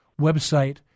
website